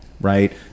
right